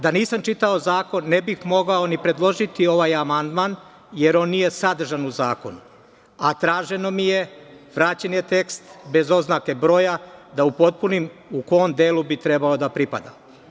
Da nisam čitao zakon, ne bih mogao ni predložiti ovaj amandman, jer on nije sadržan u zakonu, a traženo mi je, vraćen je tekst bez oznake broja, da upotpunim u kom delu bi trebalo da pripada.